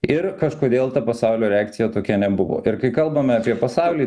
ir kažkodėl ta pasaulio reakcija tokia nebuvo ir kai kalbame apie pasaulį